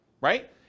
right